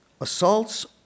assaults